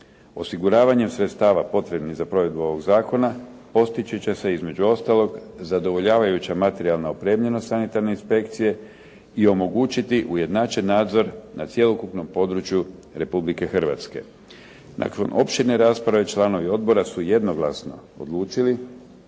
Osiguravanjem sredstava potrebnih za provedbu ovog zakona postići će se između ostalog zadovoljavajuća materijalna opremljenost sanitarne inspekcije i omogućiti ujednačen nadzor na cjelokupnom području Republike Hrvatske. Nakon opširne rasprave članovi odbora su jednoglasno odlučiti